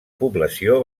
població